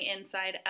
inside